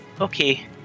Okay